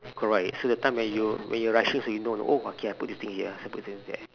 correct so the time when you when you rushes when you know oh okay I put this thing here so I put it here and there